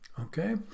Okay